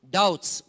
doubts